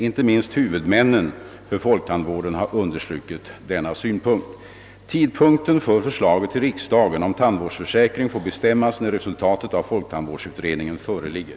Inte minst huvudmännen för folktandvården har understrukit denna synpunkt. Tidpunkten för förslag till riksdagen om tandvårdsförsäkring får bestämmas när resultatet av folktandvårdsutredningen föreligger.